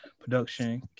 production